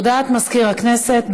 הודעת מזכיר הכנסת.